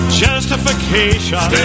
justification